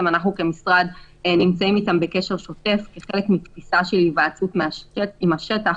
שאנחנו כמשרד נמצאים איתם בקשר שוטף כחלק מתפיסה של היוועצות עם השטח.